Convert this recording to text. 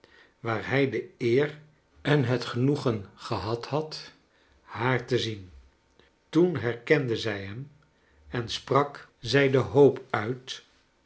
waar hij de eer en het genoegen gehad had haar to zien toen herkende zij hem en sprak charles dickens zij de hoop uit